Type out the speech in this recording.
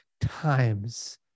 times